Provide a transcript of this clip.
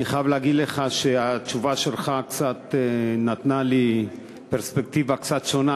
אני חייב להגיד לך שהתשובה שלך נתנה לי פרספקטיבה קצת שונה,